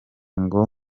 ngo